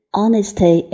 honesty